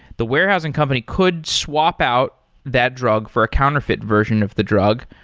the warehousing company could swap out that drug for a counterfeit version of the drug.